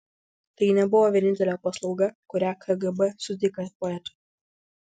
tai nebuvo vienintelė paslauga kurią kgb suteikė poetui